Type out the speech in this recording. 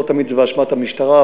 לא תמיד זה באשמת המשטרה,